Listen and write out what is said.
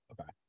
Okay